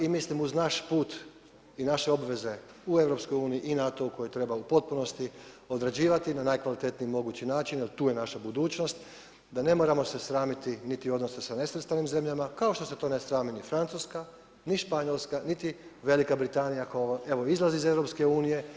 I mislim uz naš put i naše obveze u EU i NATO-u koje treba u potpunosti odrađivati na najkvalitetniji mogući način jer tu je naša budućnost da ne moramo se sramiti niti odnosa sa nesvrstanim zemljama, kao što se to ne srami ni Francuska, ni Španjolska, niti Velika Britanija kao evo izlaz iz EU.